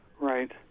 right